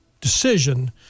decision